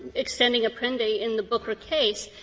extending apprendi in the booker case,